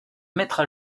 mettre